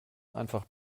einfach